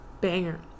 Banger